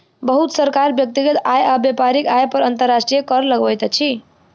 बहुत सरकार व्यक्तिगत आय आ व्यापारिक आय पर अंतर्राष्ट्रीय कर लगबैत अछि